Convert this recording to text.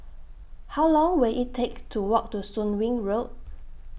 How Long Will IT Take to Walk to Soon Wing Road